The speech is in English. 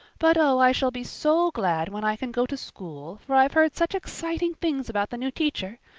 but oh, i shall be so glad when i can go to school for i've heard such exciting things about the new teacher.